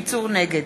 נגד